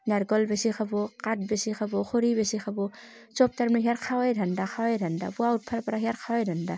নাৰিকল বেচি খাব কাঠ বেচি খাব খৰি বেচি খাব চব তাৰমানে সিয়াৰ খোৱাই ধান্দা খোৱাই ধান্দা পুৱা উঠিবৰ পৰা সিয়াৰ খোৱাই ধান্দা